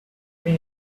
pay